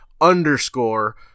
underscore